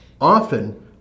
often